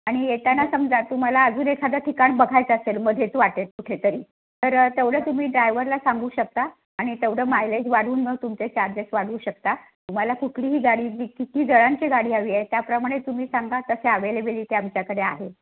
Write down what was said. आणि येताना समजा तुम्हाला अजून एखादं ठिकाण बघायचं असेल मध्येच वाटेत कुठेतरी तर तेवढं तुम्ही ड्रायव्हरला सांगू शकता आणि तेवढं मायलेज वाढवून मग तुमचे चार्जेस वाढवू शकता तुम्हाला कुठलीही गाडी किती जणांची गाडी हवी आहे त्याप्रमाणे तुम्ही सांगा तसे आवेलेबिलिटी आमच्याकडे आहे